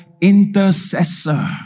intercessor